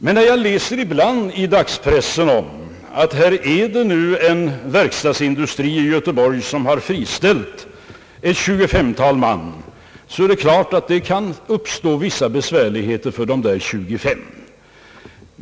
Men när jag ibland läser i dagspressen att t.ex. en verkstadsindustri i Göteborg friställt ett tjugofemtal man, så är det klart att vissa besvärligheter kan uppstå för dessa tjugofem.